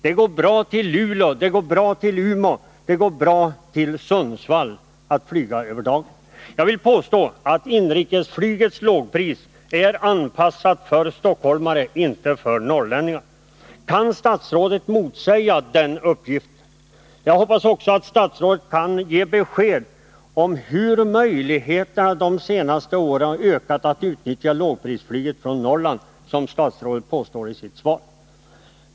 Det går bra också till Luleå och åter, till Umeå och åter, till Sundsvall och åter. Jag vill påstå att inrikesflygets lågpris är anpassat för stockholmare men inte för norrlänningar. Kan statsrådet motsäga den uppgiften? Jag hoppas också att statsrådet kan ge besked om hur möjligheterna att utnyttja lågprisflyget från Norrland har ökat de senaste åren — som statsrådet påstår i svaret att de har gjort.